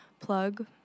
plug